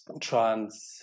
trans